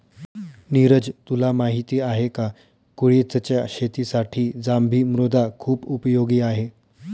निरज तुला माहिती आहे का? कुळिथच्या शेतीसाठी जांभी मृदा खुप उपयोगी आहे